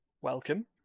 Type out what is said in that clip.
Welcome